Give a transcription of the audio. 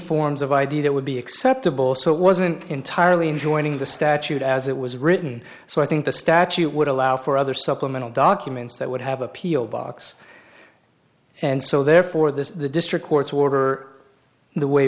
forms of id that would be acceptable so it wasn't entirely enjoining the statute as it was written so i think the statute would allow for other supplemental documents that would have appeal box and so therefore this the district court's order the way